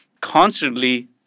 constantly